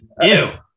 Ew